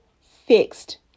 fixed